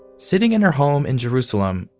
sitting in her home in jerusalem,